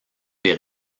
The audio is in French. des